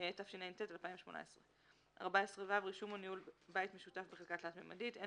התשע"ט 2018. רישום או ניהול בית משותף בחלקה תלת־ממדית 14ו.אין